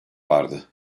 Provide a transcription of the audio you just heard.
vardı